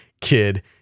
kid